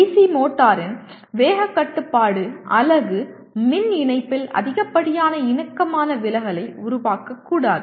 DC மோட்டரின் வேகக் கட்டுப்பாட்டு அலகு மின் இணைப்பில் அதிகப்படியான இணக்கமான விலகலை உருவாக்கக்கூடாது